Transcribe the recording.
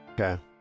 Okay